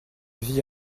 vie